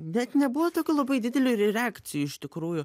net nebuvo tokių labai didelių ir reakcijų iš tikrųjų